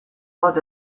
bat